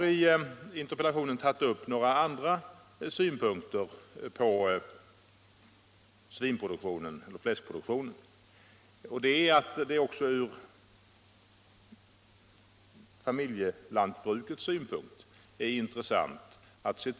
stordrift av svinproduktion stordrift av svinproduktion 72N I interpellationen har jag tagit upp några andra synpunkter på fläskproduktionen.